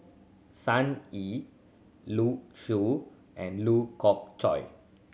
Sun Yee Liu Shu and Lee Khoon Choy